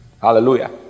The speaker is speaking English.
Hallelujah